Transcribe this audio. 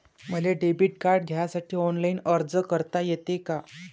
मले debit card घ्यासाठी online अर्ज करता येते का?